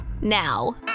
now